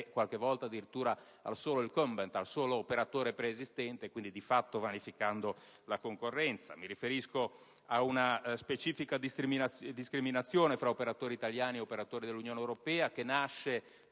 riducendola addirittura al solo *incumbent*, l'operatore preesistente), vanificando di fatto la concorrenza. Mi riferisco ad una specifica discriminazione fra operatori italiani e operatori dell'Unione europea, che nasce